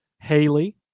Haley